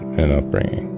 and upbringing.